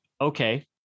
okay